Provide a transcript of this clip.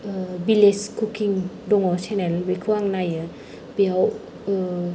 village cooking दङ channel बेखौ आं नायो बेयाव